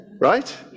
right